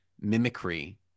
mimicry